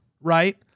right